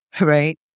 right